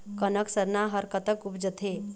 कनक सरना हर कतक उपजथे?